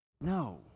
No